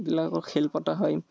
এইবিলাকৰ খেল পতা হয়